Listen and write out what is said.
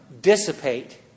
dissipate